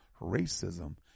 racism